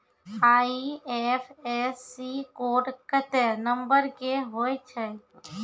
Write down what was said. IFSC code केत्ते number के होय छै